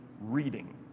reading